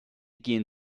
gehen